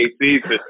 season